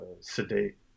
sedate